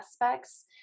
aspects